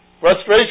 frustration